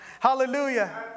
Hallelujah